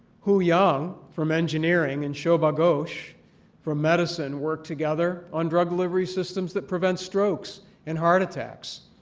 hu yang from engineering and shobha ghosh from medicine worked together on drug delivery systems that prevent strokes and heart attacks.